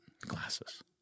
glasses